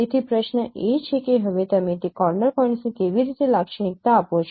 તેથી પ્રશ્ન એ છે કે હવે તમે તે કોર્નર પોઇન્ટ્સને કેવી રીતે લાક્ષણિકતા આપો છો